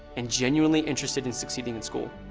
and genuinely interested in succeeding in school.